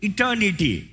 Eternity